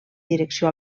direcció